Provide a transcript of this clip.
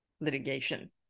litigation